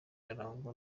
arangwa